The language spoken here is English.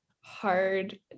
hard